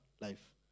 life